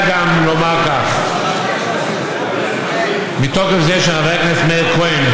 אמרו קודם חברת הכנסת זנדברג וחברת הכנסת מיכל רוזין,